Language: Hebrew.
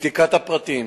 מבדיקת הפרטים